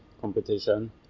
Competition